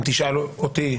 אם תשאלו אותי,